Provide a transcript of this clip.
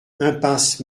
impasse